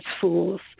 fools